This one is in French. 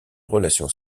relation